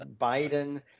Biden